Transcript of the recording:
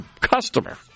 customer